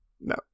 no